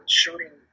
shooting